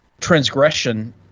transgression